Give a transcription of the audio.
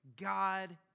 God